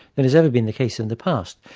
than has ever been the case in the past.